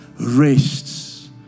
rests